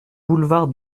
boulevard